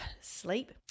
sleep